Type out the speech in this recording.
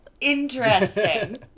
Interesting